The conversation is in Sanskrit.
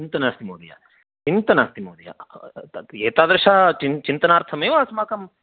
चिन्ता नास्ति महोदय चिन्ता नास्ति महोदय एतादृशचिन्तनार्थमेव अस्माकं